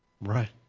Right